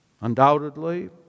undoubtedly